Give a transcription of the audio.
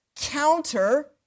counter